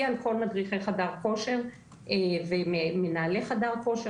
על כל מדריכי חדר כושר ומנהלי חדר כושר.